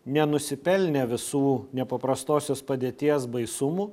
nenusipelnė visų nepaprastosios padėties baisumų